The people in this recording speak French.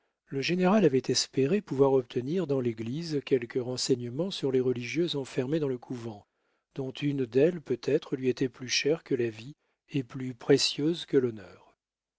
le général avait espéré pouvoir obtenir dans l'église quelques renseignements sur les religieuses enfermées dans le couvent dont une d'elles peut-être lui était plus chère que la vie et plus précieuse que l'honneur